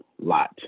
lot